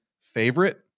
favorite